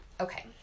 okay